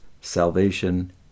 salvation